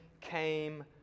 came